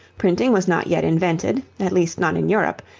printing was not yet invented, at least not in europe,